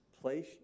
Place